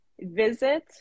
visit